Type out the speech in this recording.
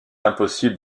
impossible